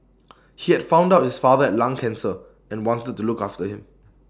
he had found out his father had lung cancer and wanted to look after him